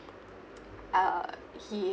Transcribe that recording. uh he